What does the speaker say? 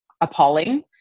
appalling